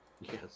Yes